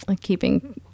keeping